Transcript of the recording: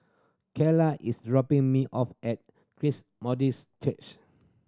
Kylah is dropping me off at Christ Methodist Church